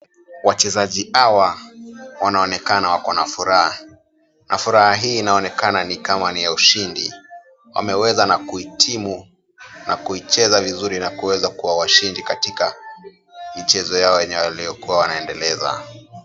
Wachezaji hawa wanaonekana wakona furaha na furaha hii inaonekana ni kama ni ya ushindi. Wameweza na kuhitimu na kuicheza vizuri na kuweza kuwa washindi katika mchezo yao yenye waliyokuwa wanaiendeleza.